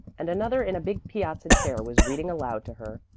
and another in a big piazza chair was reading aloud to her.